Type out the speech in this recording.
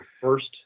first